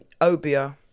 obia